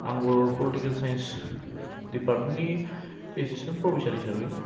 आंबो political science department नि assistant professor हिसाबै